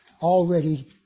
already